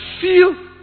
feel